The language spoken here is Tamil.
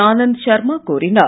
ஆனந்த் சர்மா கோரினார்